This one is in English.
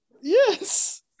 Yes